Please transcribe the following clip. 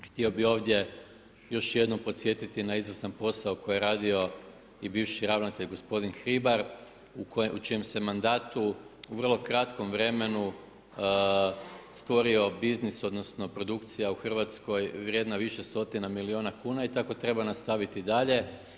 Htio bih ovdje još jednom podsjetiti na izvrstan posao koji je radio i bivši ravnatelj gospodin Hribar u čijem se mandatu u vrlo kratkom vremenu stvorio biznis, odnosno produkcija u Hrvatskoj vrijedna više stotina milijuna kuna i tako treba nastaviti dalje.